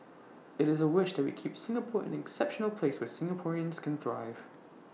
IT is A wish that we keep Singapore an exceptional place where Singaporeans can thrive